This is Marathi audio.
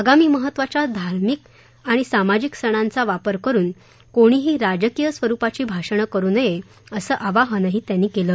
आगामी महत्वाच्या धार्मिक आणि सामाजिक सणांचा वापर करून कोणीही राजकीय स्वरूपाची भाषणे करू नये असं आवाहनही त्यांनी केलं